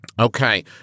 Okay